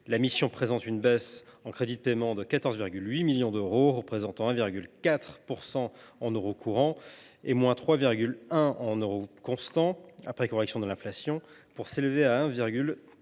la mission présente une baisse en CP de 14,8 millions d’euros, représentant –1,4 % en euros courants et –3,1 % en euros constants, après correction de l’inflation, pour s’élever à 1,038